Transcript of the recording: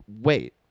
wait